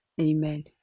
amen